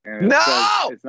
No